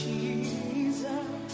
Jesus